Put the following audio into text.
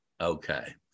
Okay